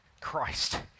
Christ